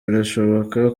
birashoboka